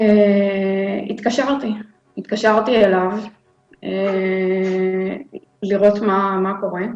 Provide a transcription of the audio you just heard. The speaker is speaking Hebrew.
התקשרתי אליו לראות מה קורה.